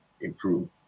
improve